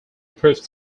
proof